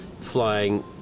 flying